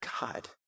God